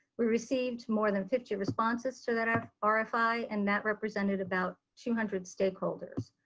we received more than fifty responses to that ah ah rfi and that represented about two hundred stakeholders.